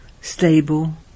stable